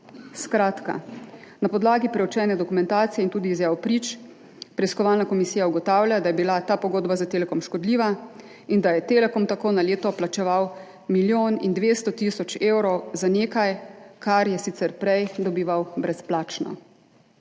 Skratka, na podlagi preučene dokumentacije in tudi izjav prič preiskovalna komisija ugotavlja, da je bila ta pogodba za Telekom škodljiva in da je Telekom tako na leto plačeval milijon in 200 tisoč evrov za nekaj, kar je sicer prej dobival brezplačno.